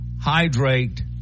hydrate